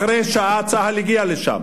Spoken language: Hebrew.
אחרי שעה צה"ל הגיע לשם.